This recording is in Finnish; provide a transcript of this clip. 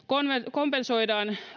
kompensoidaan